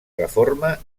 reforma